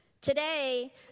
Today